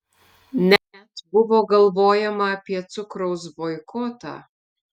net buvo galvojama apie cukraus boikotą